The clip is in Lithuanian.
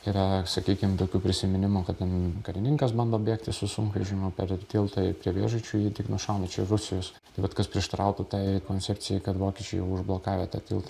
yra sakykim tokių prisiminimų kad ten karininkas bando bėgti su sunkvežimiu per tiltą prie vėžaičių jį tik nušauna čia rusijos bet kas prieštarautų tai koncepcijai kad vokiečiai jau užblokavę tą tiltą